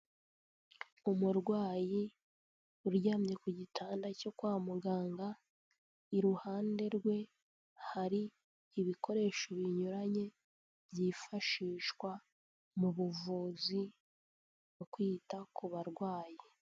Umurwayi uryamye ku gitanda cyo kwa muganga, iruhande rwe hari ibikoresho binyuranye byifashishwa mu buvuzi, mu kwita ku barwayi.